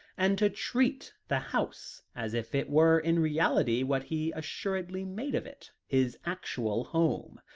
and to treat the house as if it were in reality, what he assuredly made of it his actual home.